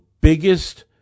biggest